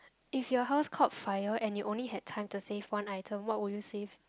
if you house caught fire and you only have time to save one item what would you save